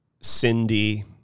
Cindy